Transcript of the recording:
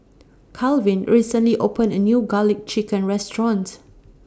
Kalvin recently opened A New Garlic Chicken Restaurant